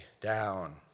down